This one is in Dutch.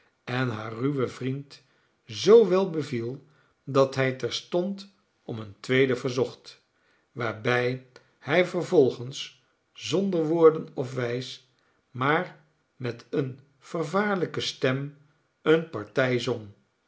en haar ruwen vriend zoo wel beviel dat hij terstond om een tweed e verzocht waarbij hij vervolgens zonder woorden of wijs maar met eene vervaarlijke stem eene partij zong